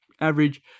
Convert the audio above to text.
Average